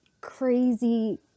crazy